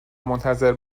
منتظر